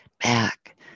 back